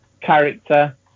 character